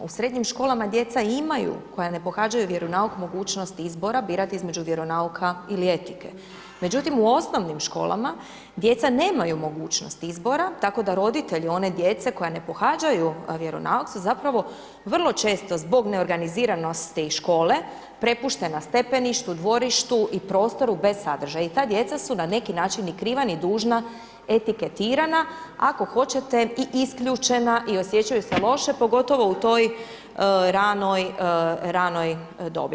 U srednjim školam imaju koja ne pohađaju vjeronauk, mogućnost izbora birat između vjeronauka ili etike međutim u osnovnim školama djeca nemaju mogućnosti izbora tako da roditelji one djece koja ne pohađaju vjeronauk su zapravo vrlo često zbog neorganiziranosti škole, prepuštena stepeništu, dvorištu i prostoru bez sadržaja i ta djeca su na neki način ni kriva ni dužna etiketirana, ako hoćete i isključena i osjećaju se loše pogotovo u toj ranoj dobi.